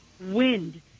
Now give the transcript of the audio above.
wind